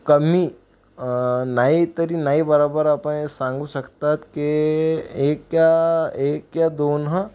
कमी नाही तरी नाही बराबर आपण हे सांगू शकतात के एक या एक या दोन्ह